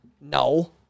No